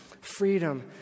freedom